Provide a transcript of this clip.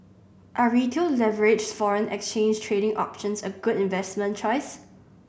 are Retail leveraged foreign exchange trading options a good investment choice